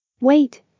Wait